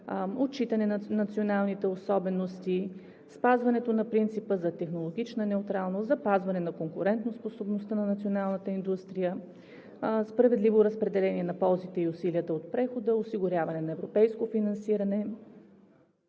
отчитане на националните особености, спазването на принципа за технологична неутралност, запазване на конкурентоспособността на националната индустрия, справедливо разпределение на ползите и усилията от прехода, осигуряване на европейско финансиране,